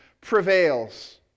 prevails